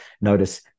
notice